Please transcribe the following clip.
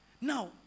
Now